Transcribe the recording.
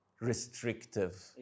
restrictive